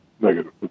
negative